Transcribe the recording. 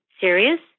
serious